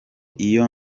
iyo